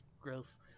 gross